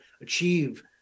achieve